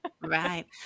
Right